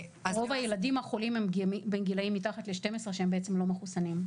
רוב הילדים החולים הם בגילאים מתחת ל-12 שהם בעצם לא מחוסנים,